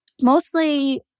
mostly